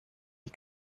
die